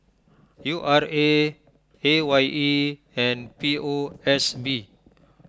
U R A A Y E and P O S B